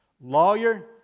Lawyer